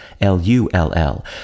L-U-L-L